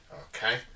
Okay